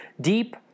Deep